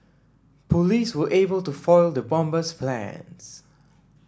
police were able to foil the bomber's plans